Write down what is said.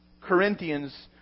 Corinthians